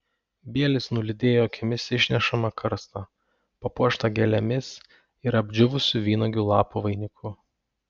bielis nulydėjo akimis išnešamą karstą papuoštą gėlėmis ir apdžiūvusių vynuogių lapų vainiku